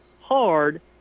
hard